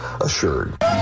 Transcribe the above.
assured